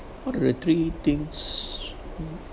what are the three things